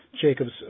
Jacobs